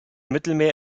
mittelmeer